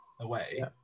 away